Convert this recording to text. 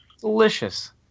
Delicious